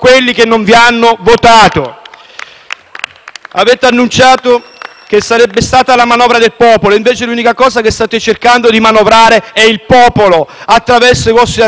Avete annunciato che sarebbe stata la manovra del popolo e, invece, l'unica cosa che state cercando di manovrare è il popolo attraverso i vostri annunci irrealizzabili. Io ho piena fiducia,